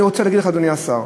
ואני רוצה להגיד לך, אדוני השר,